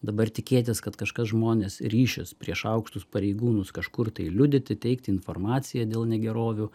dabar tikėtis kad kažkas žmonės ryšis prieš aukštus pareigūnus kažkur tai liudyti teikti informaciją dėl negerovių